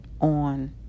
on